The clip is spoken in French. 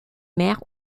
mers